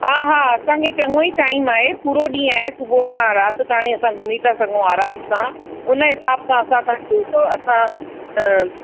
हा हा असांखे चङो ई टाइम आहे पूरो ॾींहं आहे सुभुह खां राति ताईं असां घुमी था सघूं आरामु सां उन हिसाबु सां असां तव्हां असां